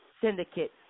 syndicate